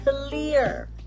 clear